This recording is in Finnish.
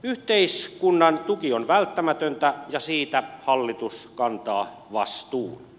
yhteiskunnan tuki on välttämätöntä ja siitä hallitus kantaa vastuun